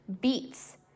beets